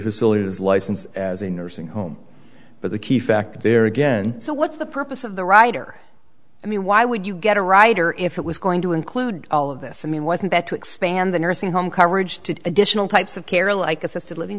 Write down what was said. is licensed as a nursing home but the key fact there again so what's the purpose of the rider i mean why would you get a rider if it was going to include all of this i mean wasn't that to expand the nursing home coverage to additional types of care like assisted living